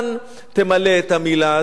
תמלא את המלה הזאת,